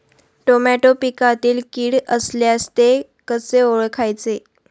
Tomato पिकातील कीड असल्यास ते कसे ओळखायचे?